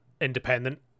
independent